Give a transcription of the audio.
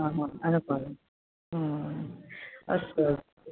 आम् आम् अनुपममहोदय अस्तु अस्तु